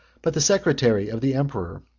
but the secretary of the emperor,